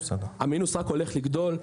המינוס רק הולך לגדול.